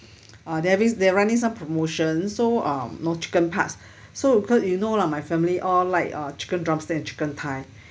uh that means they were running some promotion so um know chicken parts so because you know lah my family all like uh chicken drumstick and chicken thigh